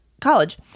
college